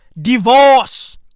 divorce